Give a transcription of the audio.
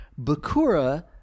Bakura